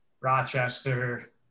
Rochester